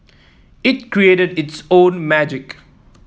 it created its own magic